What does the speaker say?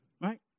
Right